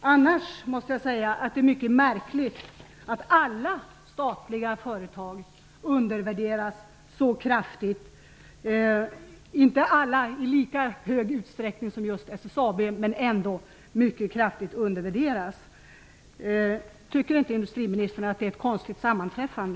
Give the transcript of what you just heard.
Jag måste säga att det är mycket märkligt att alla statliga företag undervärderas så kraftigt, dock inte alla i lika höga grad som just SAB. Tycker inte industriministern att det är ett konstigt sammanträffande?